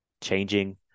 changing